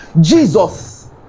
Jesus